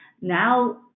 Now